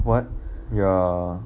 what ya